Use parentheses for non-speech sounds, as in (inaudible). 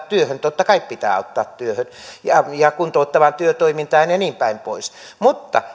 (unintelligible) työhön totta kai pitää ottaa työhön ja kuntouttavaan työtoimintaan ja niin päin pois mutta